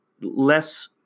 less